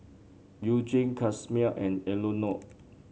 Eugene Casimer and Eleonore